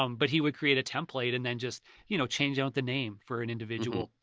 um but he would create a template, and then just you know change out the name for an individual.